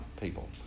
people